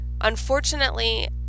Unfortunately